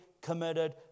committed